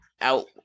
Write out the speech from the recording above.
out